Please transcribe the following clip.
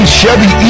Chevy